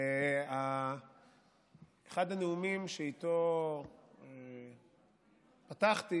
אחד הנאומים שבו פתחתי